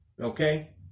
Okay